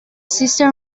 sister